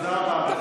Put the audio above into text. תודה רבה, אדוני.